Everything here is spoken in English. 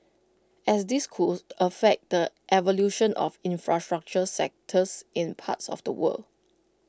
as this could affect the evolution of infrastructure sectors in parts of the world